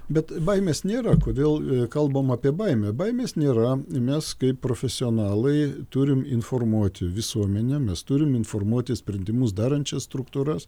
bet baimės nėra kodėl kalbam apie baimę baimės nėra mes kaip profesionalai turim informuoti visuomenę mes turim informuoti sprendimus darančias struktūras